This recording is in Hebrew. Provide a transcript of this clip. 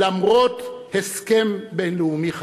למרות הסכם בין-לאומי חתום.